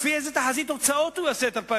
לפי איזו תחזית הוצאות הוא יעשה את 2010